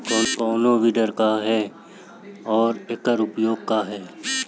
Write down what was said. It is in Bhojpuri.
कोनो विडर का ह अउर एकर उपयोग का ह?